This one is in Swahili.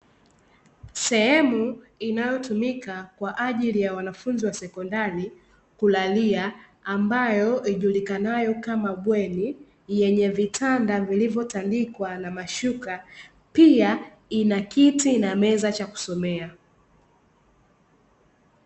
Sehemu inayotumika kwa ajili ya wanafunzi wa sekondari kulalia ambayo ijulikanayo kama bweni yenye vitanda vilivyotandikwa na mashuka, pia ina kiti na meza cha kusomea.